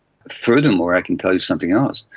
furthermore, i can tell you something else,